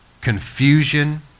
confusion